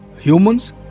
Humans